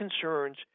concerns